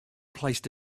placed